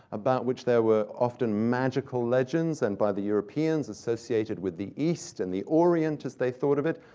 about which there were often magical legends, and, by the europeans, associated with the east and the orient, as they thought of it.